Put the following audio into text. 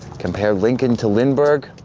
compare lincoln to lindbergh?